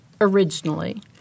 originally